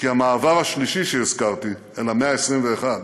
כי המעבר השלישי שהזכרתי, אל המאה ה-21,